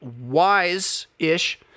wise-ish